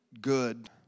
good